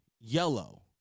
yellow